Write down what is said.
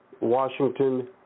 Washington